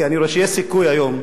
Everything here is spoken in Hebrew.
כי אני רואה שיש סיכוי היום.